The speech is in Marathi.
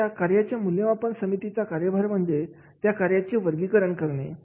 आता या कार्याच्या मूल्यमापन समितीचा कार्यभार म्हणजे त्या कार्याची वर्गीकरण करणे